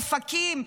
אופקים,